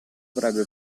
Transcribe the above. avrebbe